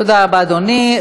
תודה רבה, אדוני.